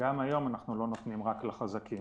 גם היום אנחנו לא נותנים רק לחזקים.